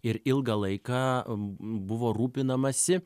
ir ilgą laiką buvo rūpinamasi